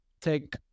take